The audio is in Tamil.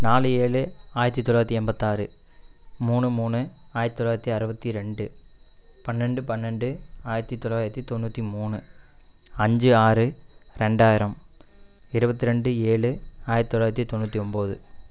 நாலு ஏழு ஆயிரத்தி தொள்ளாயிரத்தி எண்பத்தாறு மூணு மூணு ஆயிரத்தி தொள்ளாயிரத்தி அறபத்தி ரெண்டு பன்னெண்டு பன்னெண்டு ஆயிரத்தி தொள்ளாயிரத்தி தொண்ணூற்றி மூணு அஞ்சு ஆறு ரெண்டாயிரம் இருபத்தரெண்டு ஏழு ஆயிரத்தி தொள்ளாயிரத்தி தொண்ணூற்றி ஒம்பது